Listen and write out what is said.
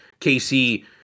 kc